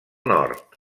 nord